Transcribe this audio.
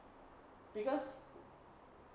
because